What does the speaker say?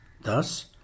Thus